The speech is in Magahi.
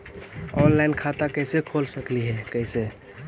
ऑनलाइन खाता कैसे खोल सकली हे कैसे?